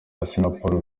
assinapol